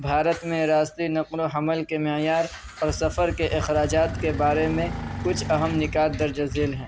بھارت میں ریاستی نقل و حمل کے معیار اور سفر کے اخراجات کے بارے میں کچھ اہم نکات درج ذیل ہیں